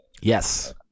Yes